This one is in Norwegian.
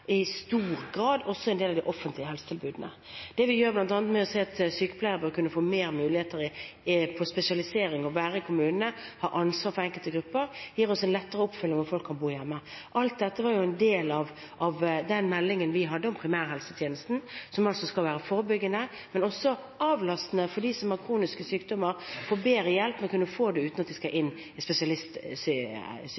en del av de offentlige helsetilbudene. Det vi gjør bl.a. ved at sykepleierne får flere muligheter for spesialisering, at de får være i kommunene og ha ansvar for enkelte grupper, gir også en lettere oppfølging, og folk kan bo hjemme. Alt dette er en del av den meldingen vi hadde om primærhelsetjenesten, som altså skal være forebyggende, men også avlastende, for at de som har kroniske sykdommer, får bedre hjelp uten at de skal inn i sykehusene. Det